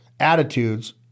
attitudes